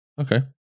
Okay